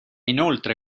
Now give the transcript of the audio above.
inoltre